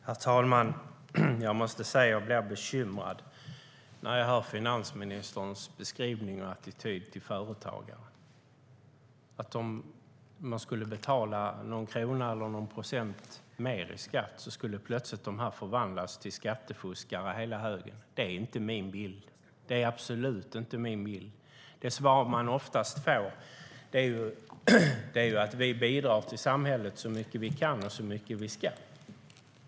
Herr talman! Jag blir bekymrad när jag hör finansministerns beskrivning av och attityd till företagare som går ut på att om de skulle betala någon krona eller någon procent mer i skatt skulle de plötsligt förvandlas till skattefuskare hela högen. Det är inte min bild. Det är absolut inte min bild. Det svar företagarna oftast ger är: Vi bidrar till samhället så mycket vi kan och så mycket ska.